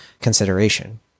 consideration